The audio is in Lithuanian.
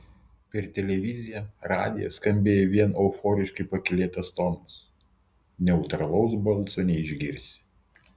per televiziją radiją skambėjo vien euforiškai pakylėtas tonas neutralaus balso neišgirsi